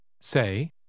say